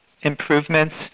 improvements